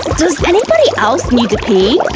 does anybody else need to pee?